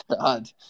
god